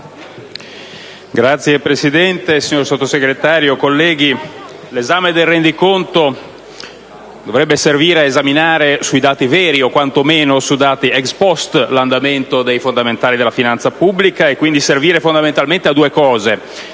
Signor Presidente, signor Sottosegretario, colleghi, l'esame del rendiconto dovrebbe servire ad esaminare, sui dati veri o quantomeno sui dati *ex post*, l'andamento dei fondamentali della finanza pubblica e servire quindi, fondamentalmente, a due cose: